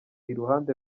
iruhande